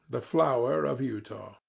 the flower of utah.